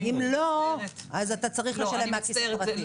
אם לא, אז אתה צריך לשלם מהכיס שלך.